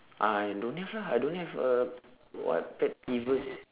ah I don't lah I don't have a what pet peeves